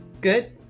good